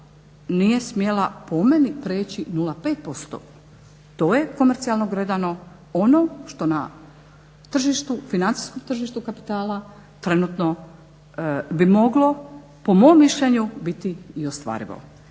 nije smjela po meni prijeći 0,5%. To je komercijalno gledano ono što na tržištu, financijskom tržištu kapitala trenutno bi moglo po mom mišljenju biti i ostvarivo.